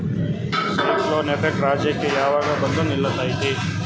Cyclone effect ರಾಜ್ಯಕ್ಕೆ ಯಾವಾಗ ಬಂದ ನಿಲ್ಲತೈತಿ?